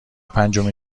پنجمین